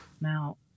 Now